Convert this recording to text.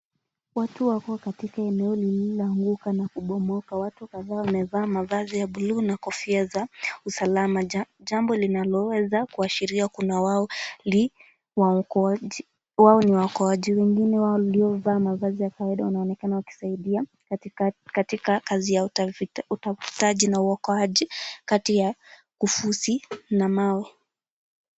Watu wako katika eneo lililoanguka na kubomoka. Watu kadhaa wamevaa mavazi ya blue na kofia za usalama. Jambo linaloweza kuashiria kuwa wao ni waokoaji. Wengine wao waliovaa mavazi ya kawaida wanaonekana wakisaidia katika kazi ya utafutaji na uokoaji kati ya ufusi na mawe.